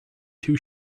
too